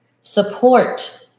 Support